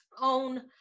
own